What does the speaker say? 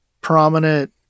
prominent